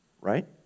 right